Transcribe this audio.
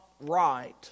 right